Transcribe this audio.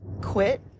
quit